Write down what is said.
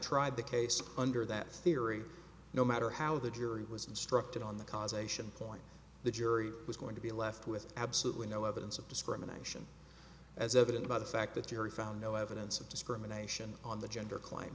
tried the case under that theory no matter how the jury was instructed on the causation point the jury was going to be left with absolutely no evidence of discrimination as evident by the fact that theory found no evidence of discrimination on the gender cl